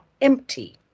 empty